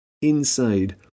Inside